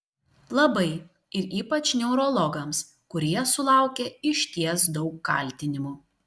labai ir ypač neurologams kurie sulaukia išties daug kaltinimų